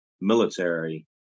military